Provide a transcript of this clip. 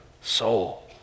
soul